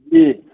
जी